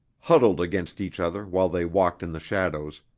huddled against each other while they walked in the shadows,